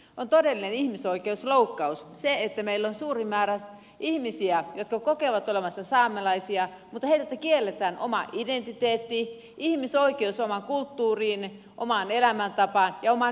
on todellinen ihmisoikeusloukkaus se että meillä on suuri määrä ihmisiä jotka kokevat olevansa saamelaisia mutta heiltä kielletään oma identiteetti ihmisoikeus oikeus omaan kulttuuriin omaan elämäntapaan ja omaan yhteisöön